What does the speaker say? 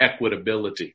equitability